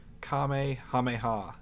Kamehameha